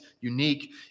unique